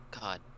God